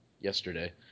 yesterday